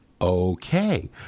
Okay